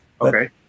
Okay